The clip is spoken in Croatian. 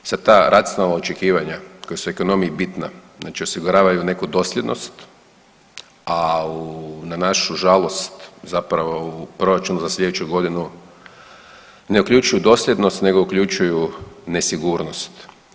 I sad ta racionalna očekivanja koja su u ekonomiji bitna, znači osiguravaju neku dosljednost, a u na našu žalost zapravo u proračunu za slijedeću godinu ne uključuju dosljednost nego uključuju nesigurnost.